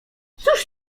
cóż